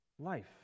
Life